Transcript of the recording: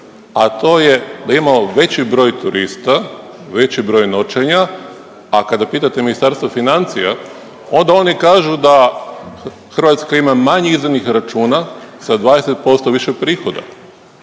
a to je da imamo veći broj turista, veći broj noćenja a kada pitate Ministarstvo financija onda oni kažu da Hrvatska ima manje izdanih računa sa 20% više prihoda,